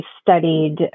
studied